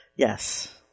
Yes